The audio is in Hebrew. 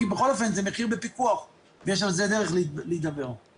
בכל אופן זה מחיר בפיקוח ויש דרך להידבר על זה.